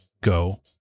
Go